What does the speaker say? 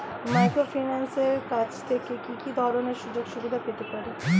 মাইক্রোফিন্যান্সের কাছ থেকে কি কি ধরনের সুযোগসুবিধা পেতে পারি?